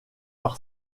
par